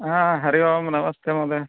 हा हरिः ओम् नमस्ते महोदय